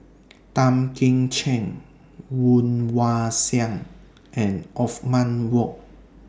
Tan Kim Ching Woon Wah Siang and Othman Wok